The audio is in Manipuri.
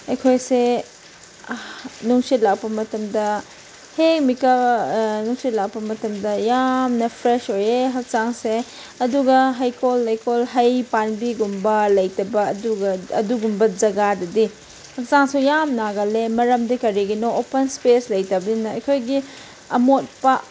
ꯑꯩꯈꯣꯏꯁꯦ ꯅꯨꯡꯁꯤꯠ ꯂꯥꯛꯄ ꯃꯇꯝꯗ ꯅꯨꯡꯁꯤꯠ ꯂꯥꯛꯄ ꯃꯇꯝꯗ ꯌꯥꯝꯅ ꯐ꯭ꯔꯦꯁ ꯑꯣꯏꯌꯦ ꯍꯛꯆꯥꯡꯁꯦ ꯑꯗꯨꯒ ꯍꯩꯀꯣꯜ ꯂꯩꯀꯣꯜ ꯍꯩ ꯄꯥꯝꯕꯤꯒꯨꯝꯕ ꯂꯩꯇꯕ ꯑꯗꯨꯒ ꯑꯗꯨꯒꯨꯝꯕ ꯖꯒꯥꯗꯗꯤ ꯍꯛꯆꯥꯡꯁꯨ ꯌꯥꯝ ꯅꯥꯒꯜꯂꯦ ꯃꯔꯝꯗꯤ ꯀꯔꯤꯒꯤꯅꯣ ꯑꯣꯄꯟ ꯏꯁꯄꯦꯁ ꯂꯩꯇꯕꯅꯤꯅ ꯑꯩꯈꯣꯏꯒꯤ ꯑꯃꯣꯠꯄ